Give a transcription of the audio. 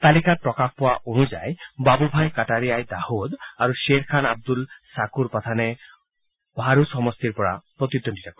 তালিকাত প্ৰকাশ পোৱা অনুযায়ী বাবুভাই কাটাৰাই দাহোদ আৰু ছেৰখান আব্দুল ছাকুৰ পাঠানে ভাৰুচ সমষ্টিৰ পৰা প্ৰতিদ্বন্দীতা কৰিব